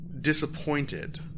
disappointed